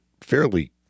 fairly